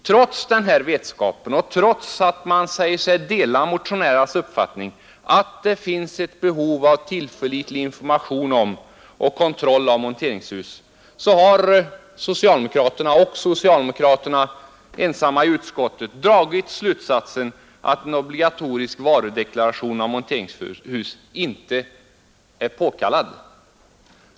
Trots vetskapen härom och trots att man säger sig dela motionärernas uppfattning att det finns ett behov av tillförlitlig information om och kontroll av monteringsfärdiga hus har socialdemokraterna, och socialdemokraterna ensamma, i utskottet dragit slutsatsen att en obligatorisk varudeklaration av monteringsfärdiga hus inte är påkallad.